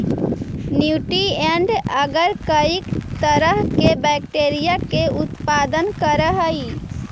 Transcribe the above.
nutrient agar कईक तरह के बैक्टीरिया के उत्पादन करऽ हइ